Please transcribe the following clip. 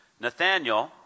Nathaniel